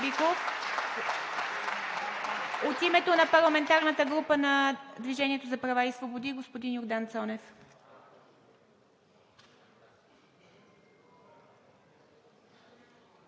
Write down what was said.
От името на парламентарната група на „Движението за права и свободи“ – господин Йордан Цонев.